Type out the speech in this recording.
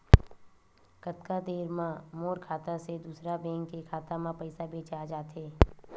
कतका देर मा मोर खाता से दूसरा बैंक के खाता मा पईसा भेजा जाथे?